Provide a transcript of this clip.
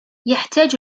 يحتاج